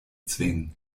zwingen